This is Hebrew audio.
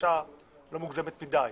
בקשה לא מוגזמת מדי.